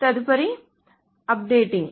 తదుపరిది అప్డేటింగ్